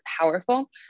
powerful